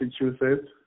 Massachusetts